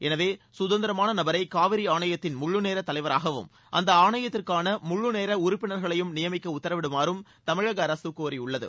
எனவே கதந்திரமான நபரை காவிரி ஆணையத்தின் முழுநேரத் தலைவராகவும் அந்த ஆணையத்திற்கான முழுநேர உறுப்பினர் களையும் நியமிக்க உத்தரவிடுமாறும் தமிழக அரசு கோரியுள்ளது